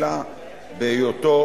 אלא בהיותו,